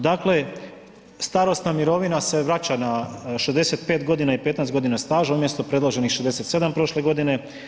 Dakle starosna mirovina se vraća na 65 godina i 15 godina staža umjesto predloženih 67 prošle godine.